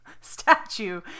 Statue